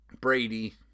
Brady